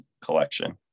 collection